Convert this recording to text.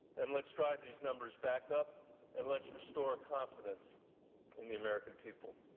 and let's drive these numbers back up and let's restore confidence in the american people.